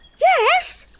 Yes